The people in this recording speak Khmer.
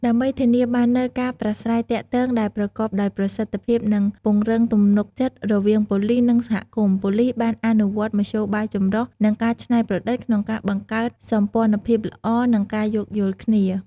ដើម្បីធានាបាននូវការប្រាស្រ័យទាក់ទងដែលប្រកបដោយប្រសិទ្ធភាព និងពង្រឹងទំនុកចិត្តរវាងប៉ូលីស និងសហគមន៍ ប៉ូលីសបានអនុវត្តមធ្យោបាយចម្រុះ និងការច្នៃប្រឌិតក្នុងការបង្កើតសម្ព័ន្ធភាពល្អ និងការយោគយល់គ្នា។